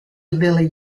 lillie